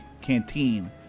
Canteen